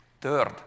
Third